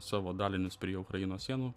savo dalinius prie ukrainos sienų